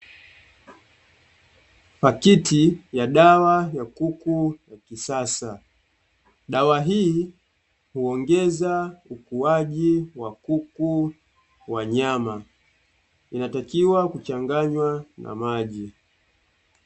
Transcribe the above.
Pakiti ya dawa ya kuku wa kisasa. Dawa hii huongeza ukuaji wa kuku wa nyama, inatakiwa kuchanganywa na maji.